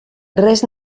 res